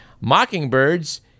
mockingbirds